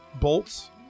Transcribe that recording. Bolts